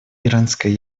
иранская